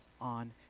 on